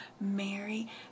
Mary